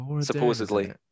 supposedly